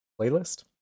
playlist